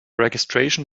registration